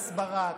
הסברה.